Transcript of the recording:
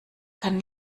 kann